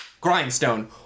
grindstone